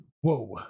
whoa